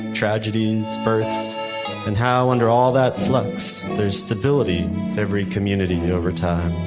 tragedies, births and how under all that flux, there's stability to every community over time.